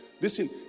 Listen